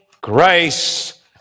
grace